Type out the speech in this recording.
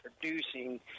producing